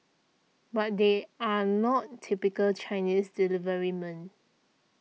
but they are not typical Chinese deliverymen